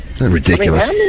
ridiculous